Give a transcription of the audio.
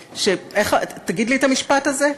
איך, תגיד לי את המשפט הזה?